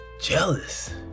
jealous